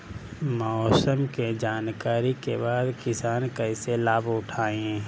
मौसम के जानकरी के बाद किसान कैसे लाभ उठाएं?